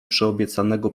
przyobiecanego